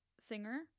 singer